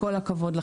כל הכבוד.